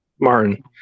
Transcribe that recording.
martin